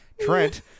Trent